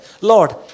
Lord